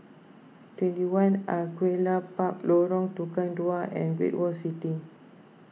twenty one Angullia Park Lorong Tukang Dua and Great World City